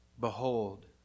Behold